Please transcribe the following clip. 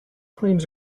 claims